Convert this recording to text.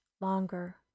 longer